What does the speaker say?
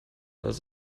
als